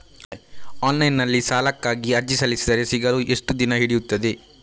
Online ನಲ್ಲಿ ಸಾಲಕ್ಕಾಗಿ ಅರ್ಜಿ ಸಲ್ಲಿಸಿದರೆ ಸಿಗಲು ಎಷ್ಟು ದಿನ ಹಿಡಿಯುತ್ತದೆ?